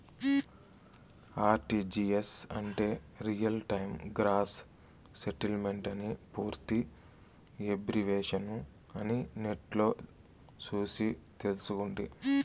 RTGS అంటే real time gross సెటిల్మెంటని పూర్తి ఎబ్రివేషను అని నెట్లో సూసి తెల్సుకుంటి